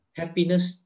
happiness